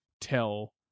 tell